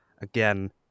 again